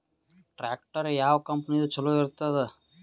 Tractor ಯಾವ ಕಂಪನಿದು ಚಲೋ ಇರತದ?